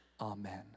Amen